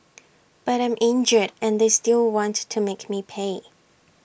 but I'm injured and they still want to make me pay